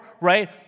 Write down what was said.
right